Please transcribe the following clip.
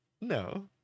no